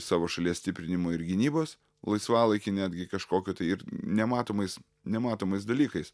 savo šalies stiprinimo ir gynybos laisvalaikį netgi kažkokį tai ir nematomais nematomais dalykais